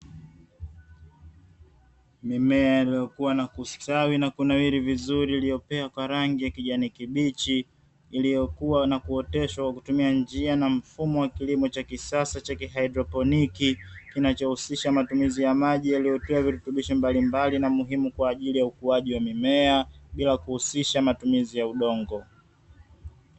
Mimea iliyokua na kustawi na kunawiri vizuri iliyopea kwa rangi ya kijani kibichi, iliyokuwa na kuoteshwa kwa kutumia njia na mfumo wa kilimo cha kisasa cha haidroponi, kinachohusisha matumizi ya maji yaliyotiwa virutubisho mbalimbali na muhimu kwaajili ya ukuaji wa mimea, bila kuhusisha matumizi ya udongo.